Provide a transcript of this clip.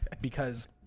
because-